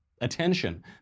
attention